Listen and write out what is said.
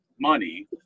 money